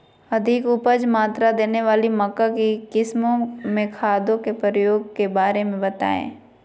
अधिक उपज मात्रा देने वाली मक्का की किस्मों में खादों के प्रयोग के बारे में बताएं?